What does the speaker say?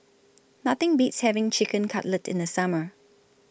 Nothing Beats having Chicken Cutlet in The Summer